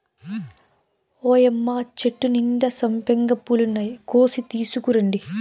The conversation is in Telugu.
ఓయ్యమ్మ చెట్టు నిండా సంపెంగ పూలున్నాయి, కోసి తీసుకురండి